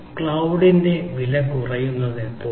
ക്ലൌഡിന്റെ വിലകുറയുന്നതെപ്പോൾ